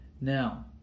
Now